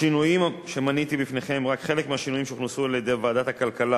השינויים שמניתי בפניכם הם רק חלק מהשינויים שהוכנסו על-ידי ועדת הכלכלה